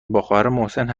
محسن